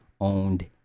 owned